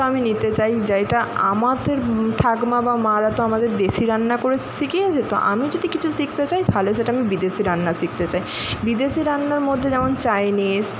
তো আমি নিতে চাই যেইটা আমাদের ঠাকমা বা মারা তো আমাদের দেশি রান্না করে শিখিয়েছে তো আমি যদি কিছু শিখতে চাই তাহলে সেটা আমি বিদেশি রান্না শিখতে চাই বিদেশি রান্নার মধ্যে যেমন চাইনিজ